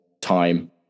time